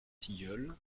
tilleuls